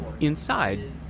Inside